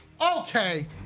Okay